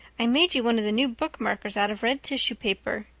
i made you one of the new bookmarkers out of red tissue paper.